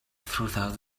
throughout